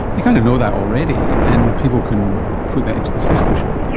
you kind of know that already, and people can put that into the system, surely. yeah